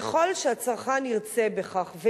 ככל שהצרכן ירצה בכך,